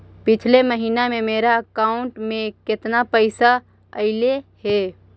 पिछले महिना में मेरा अकाउंट में केतना पैसा अइलेय हे?